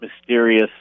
mysterious